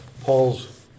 Paul's